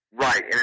Right